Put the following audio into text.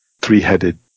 three-headed